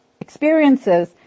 experiences